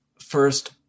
first